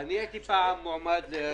היא מצוקה בסיסית קשה,